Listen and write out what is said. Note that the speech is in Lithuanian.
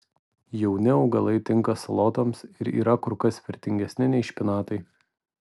jauni augalai tinka salotoms ir yra kur kas vertingesni nei špinatai